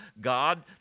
God